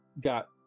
got